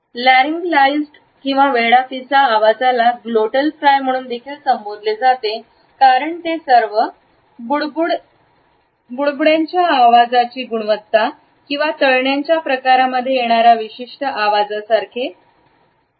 laryngealised किंवा वेडापिसा आवाजाला ग्लोटल फ्राय म्हणून देखील संबोधले जाते कारण ते आहे बुडबुड यांच्याआवाजाचे गुणवत्ता तळण्याचे प्रकारमध्ये येणारा विशिष्ट आवाजासारखा येतो